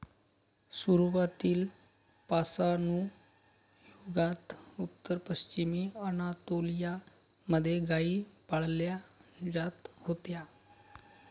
सुरुवातीला पाषाणयुगात उत्तर पश्चिमी अनातोलिया मध्ये गाई पाळल्या जात होत्या